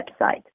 website